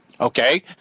okay